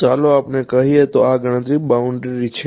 તો ચાલો આપણે કહીએ કે આ ગણતરીની બાઉન્ડ્રી છે